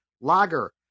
Lager